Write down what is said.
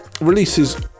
releases